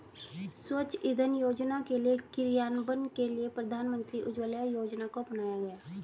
स्वच्छ इंधन योजना के क्रियान्वयन के लिए प्रधानमंत्री उज्ज्वला योजना को अपनाया गया